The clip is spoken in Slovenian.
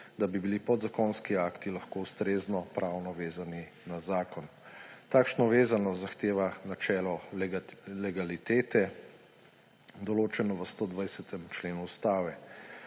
da bi bili podzakonski akti lahko ustrezno pravno vezani na zakon. Takšno vezanost zahteva načelo legalitete, določeno v 120. členu Ustave.